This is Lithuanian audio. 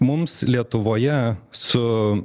mums lietuvoje su